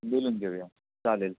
बोलून घेऊ या चालेल